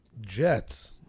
Jets